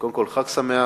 קודם כול חג שמח,